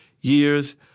Years